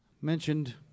Mentioned